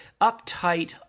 uptight